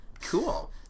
Cool